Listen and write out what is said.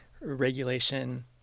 regulation